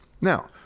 Now